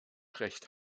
recht